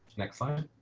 next slide.